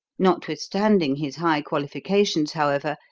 notwithstanding his high qualifications, however,